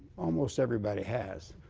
almost everybody has.